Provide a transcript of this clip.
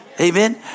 Amen